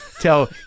tell